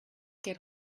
get